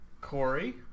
Corey